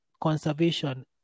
conservation